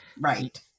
right